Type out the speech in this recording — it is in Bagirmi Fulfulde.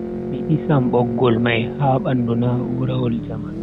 Mi disan boggol mai ha bandu na'urawol jamanu mai.